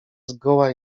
zgoła